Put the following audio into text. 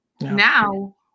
Now